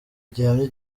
gihamye